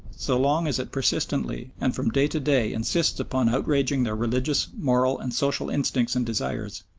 so long as it persistently and from day to day insists upon outraging their religious, moral, and social instincts and desires,